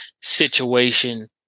situation